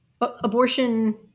abortion